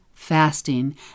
fasting